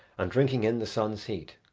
and drinking in the sun's heat.